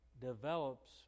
develops